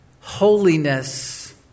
holiness